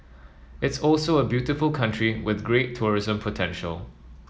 it's also a beautiful country with great tourism potential